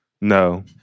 No